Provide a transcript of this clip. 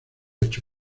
ocho